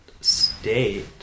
state